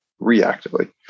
reactively